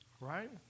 Right